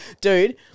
Dude